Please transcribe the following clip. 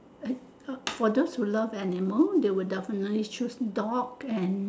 eh ah for those who love animal they will definitely choose dog and